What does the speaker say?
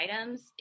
items